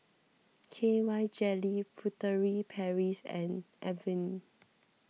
K Y Jelly Furtere Paris and Avene